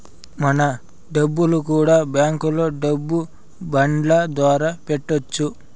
మన డబ్బులు కూడా బ్యాంకులో డబ్బు బాండ్ల ద్వారా పెట్టొచ్చు